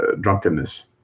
drunkenness